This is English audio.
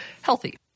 healthy